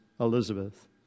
Elizabeth